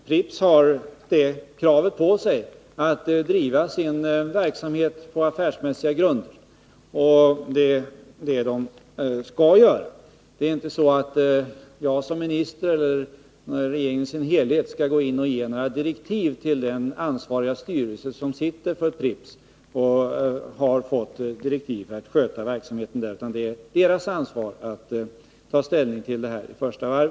Pripps har kravet att driva sin verksamhet på affärsmässiga grunder, och det skall de göra. Det är inte så att jag som minister eller regeringen i sin helhet skall ge några direktiv till den ansvariga styrelsen för Pripps, vilken har fått direktiv att sköta verksamheten. Det är dess ansvar att i första varvet ta ställning till denna förfrågan.